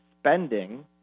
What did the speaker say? spending